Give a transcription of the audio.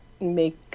make